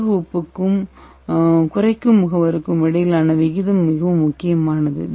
உலோக உப்புக்கும் ரெட்டியூசிங் ஏஜென்டிற்கும் இடையிலான விகிதம் மிகவும் முக்கியமானது